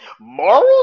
Morals